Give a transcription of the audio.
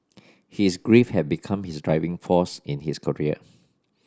his grief had become his driving force in his career